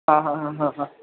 हां हां हां हां हां